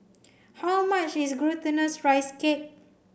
how much is Glutinous Rice Cake